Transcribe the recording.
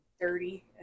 dirty